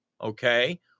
okay